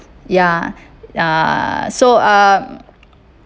ya uh so uh